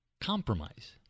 Compromise